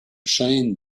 chaîne